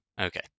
Okay